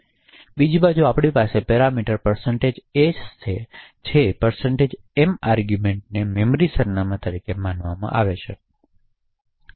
બીજી બાજુ આપણી પાસે પેરામીટર s જેવું છે અને m આર્ગૂમેંટને મેમરી સરનામાં તરીકે માનવામાં આવે છે